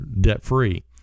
debt-free